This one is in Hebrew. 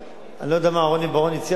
אני לא יודע מה רוני בר-און הציע לך,